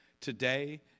today